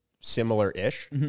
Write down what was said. similar-ish